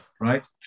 right